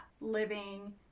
living